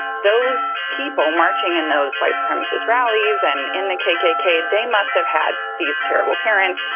those people marching in those white supremacist rallies and in the kkk, they must have had these terrible parents,